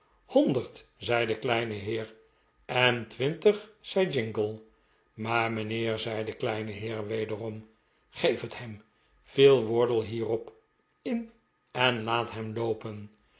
honderd zei de kleine heer en twintig zei jingle maar mijnheer zei de kleine heer wederom geef het hem viel wardle hiero'p in en laat hem loopen